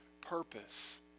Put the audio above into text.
purpose